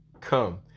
Come